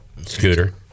scooter